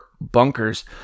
Bunkers